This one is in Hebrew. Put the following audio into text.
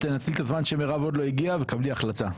תנצלי את הזמן שמירב עוד לא הגיעה וקבלי החלטה.